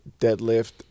deadlift